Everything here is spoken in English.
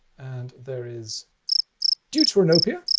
and there is deuteranopia,